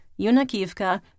Yunakivka